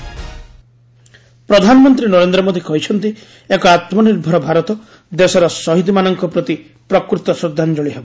PM ପ୍ରଧାନମନ୍ତ୍ରୀ ନରେନ୍ଦ୍ର ମୋଦୀ କହିଛନ୍ତି ଏକ ଆତ୍ମନିର୍ଭର ଭାରତ ଦେଶର ସହିଦମାନଙ୍କ ପ୍ରତି ପ୍ରକୃତ ଶ୍ରଦ୍ଧାଞ୍ଜଳି ହେବ